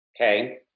Okay